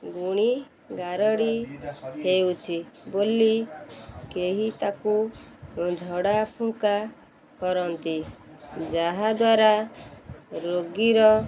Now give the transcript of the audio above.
ଗୁଣିଗାରେଡ଼ି ହେଉଛି ବୋଲି କେହି ତାକୁ ଝଡ଼ା ଫୁଙ୍କା କରନ୍ତି ଯାହାଦ୍ୱାରା ରୋଗୀର